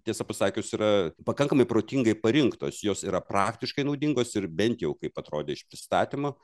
tiesą pasakius yra pakankamai protingai parinktos jos yra praktiškai naudingos ir bent jau kaip atrodė iš pristatymo